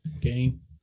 Game